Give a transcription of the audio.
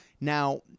Now